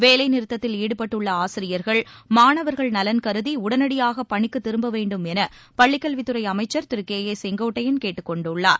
வேலைநிறுத்தத்தில் ஈடுபட்டுள்ள ஆசிரியர்கள் மாணவர்கள் நலன் கருதி உடனடியாக பணிக்குத் திரும்ப வேண்டும் என பள்ளிக் கல்வித்துறை அமைச்சர் திரு கே ஏ செங்கோட்டையன் கேட்டுக் கொண்டுள்ளார்